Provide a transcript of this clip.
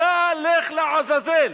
צה"ל לך לעזאזל".